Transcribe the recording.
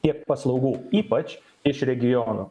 tiek paslaugų ypač iš regionų